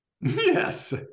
Yes